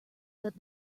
that